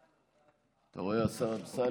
אתה רואה, השר אמסלם?